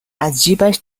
ازجیبش